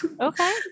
Okay